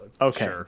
Okay